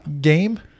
game